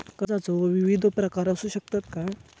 कर्जाचो विविध प्रकार असु शकतत काय?